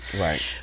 Right